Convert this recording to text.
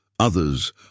Others